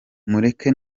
mureke